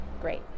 Great